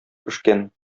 пешкән